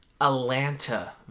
Atlanta